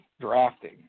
drafting